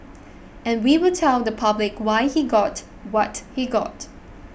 and we will tell the public why he got what he got